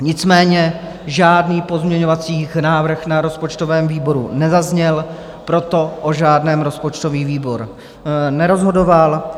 Nicméně žádný pozměňovací návrh na rozpočtovém výboru nezazněl, proto o žádném rozpočtový výbor nerozhodoval.